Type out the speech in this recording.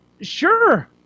Sure